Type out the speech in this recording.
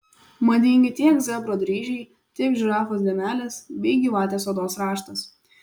madingi tiek zebro dryžiai tiek žirafos dėmelės bei gyvatės odos raštas